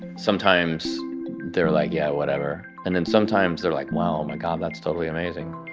sometimes they're like yeah, whatever. and then sometimes they're like well my god that's totally amazing